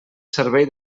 servei